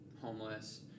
homeless